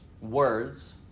words